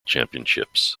championships